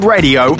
Radio